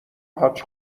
حاج